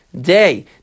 day